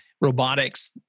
robotics